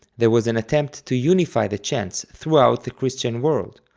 there was an attempt to unify the chants throughout the christian world,